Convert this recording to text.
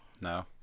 No